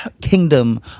kingdom